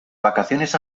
vacaciones